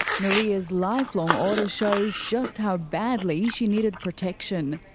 maria's lifelong order shows just how badly she needed protection.